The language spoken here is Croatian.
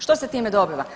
Što ste time dobiva?